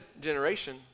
generation